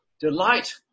delight